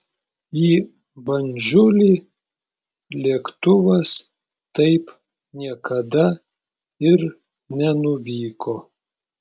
į bandžulį lėktuvas taip niekada ir nenuvyko